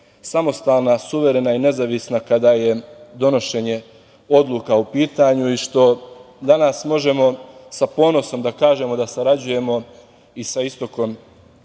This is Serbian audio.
samostalna, suverena i nezavisna kada je donošenje odluka u pitanju i što danas možemo sa ponosom da kažemo da sarađujemo i sa istokom